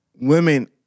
women